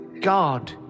God